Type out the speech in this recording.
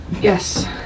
Yes